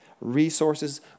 resources